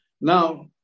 Now